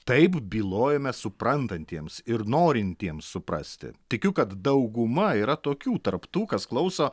taip bylojome suprantantiems ir norintiems suprasti tikiu kad dauguma yra tokių tarp tų kas klauso